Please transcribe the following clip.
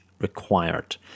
required